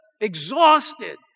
exhausted